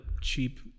cheap